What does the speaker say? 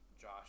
Josh